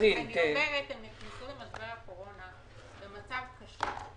הם נכנסו למשבר הקורונה במצב קשה.